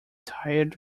tired